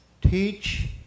teach